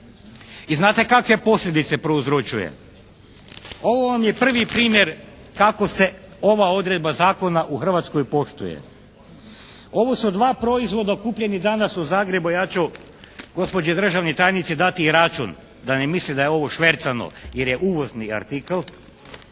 I znate kakve posljedice prouzročuje. Ovo vam je prvi primjer kako se ova odredba zakona u Hrvatskoj poštuje. Ovo su dva proizvoda kupljeni danas u Zagrebu, ja ću gospođi državnoj tajnici dati i račun da ne misli da je ovo švercano jer je uvozni artikl.